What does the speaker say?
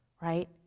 right